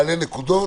נעלה נקודות.